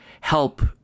help